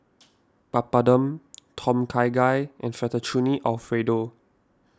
Papadum Tom Kha Gai and Fettuccine Alfredo